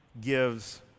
gives